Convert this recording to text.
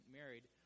married